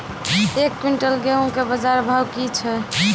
एक क्विंटल गेहूँ के बाजार भाव की छ?